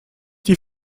die